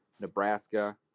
Nebraska